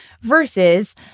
versus